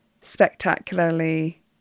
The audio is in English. spectacularly